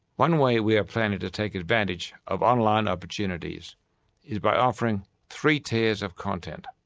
one way we are planning to take advantage of online opportunities is by offering three tiers of content.